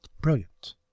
brilliant